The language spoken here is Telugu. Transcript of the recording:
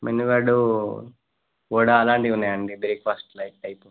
మెనూ కార్డు వడ అలాంటివి ఉన్నాయండి బ్రేక్ఫాస్ట్ లైక్ టైపు